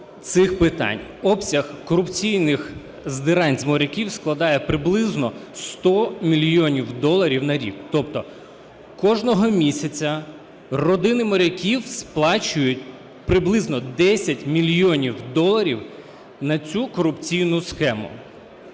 обсяг корупційних здирань з моряків складає приблизно 100 мільйонів доларів на рік. Тобто кожного місяця родини моряків сплачують приблизно 10 мільйонів доларів на цю корупційну схему.